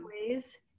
ways